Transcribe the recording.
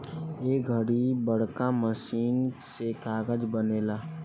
ए घड़ी बड़का मशीन से कागज़ बनेला